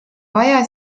vaja